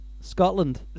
Scotland